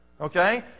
okay